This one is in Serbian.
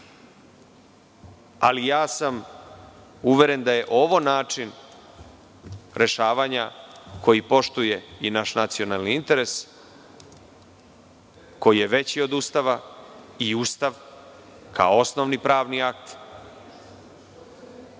ali ja sam uveren da je ovo način rešavanja koji poštuje i naš nacionalni interes, koji je veći od Ustava i Ustav, kao osnovni pravni akt,